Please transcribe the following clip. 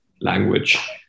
language